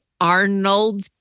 Arnold